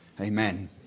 amen